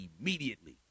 immediately